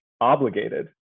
obligated